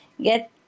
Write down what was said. get